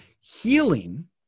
healing